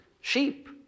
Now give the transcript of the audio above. sheep